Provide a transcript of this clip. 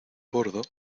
bordo